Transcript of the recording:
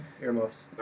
Earmuffs